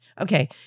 Okay